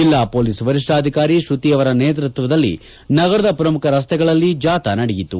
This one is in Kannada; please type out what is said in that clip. ಜೆಲ್ಲಾ ಪೊಲೀಸ್ ವರಿಷ್ಣಾಧಿಕಾರಿ ಶ್ವತಿ ಅವರ ನೇತೃತ್ವದಲ್ಲಿ ನಗರದ ಪ್ರಮುಖ ರಸ್ತೆಗಳಲ್ಲಿ ಜಾಥಾ ನಡೆಯಿತು